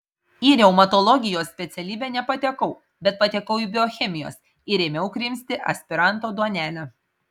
į reumatologijos specialybę nepatekau bet patekau į biochemijos ir ėmiau krimsti aspiranto duonelę